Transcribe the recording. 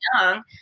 young